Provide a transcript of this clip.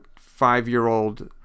five-year-old